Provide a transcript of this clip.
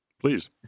please